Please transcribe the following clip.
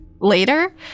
Later